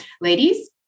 ladies